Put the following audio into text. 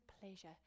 pleasure